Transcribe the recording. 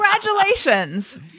congratulations